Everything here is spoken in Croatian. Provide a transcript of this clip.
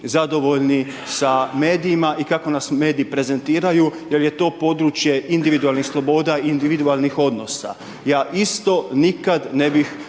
zadovoljni sa medijima i kako nas mediji prezentiraju jer je to područje individualnih sloboda i individualnih odnosa. Ja isto nikad ne bih